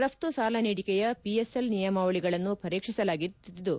ರಫ್ತು ಸಾಲ ನೀಡಿಕೆಯ ಪಿಎಸ್ಎಲ್ ನಿಯಮಾವಳಿಗಳನ್ನು ಪರೀಕ್ಷಿಸಲಾಗುತ್ತಿದ್ದು